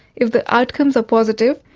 if the outcomes are positive,